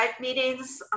meetings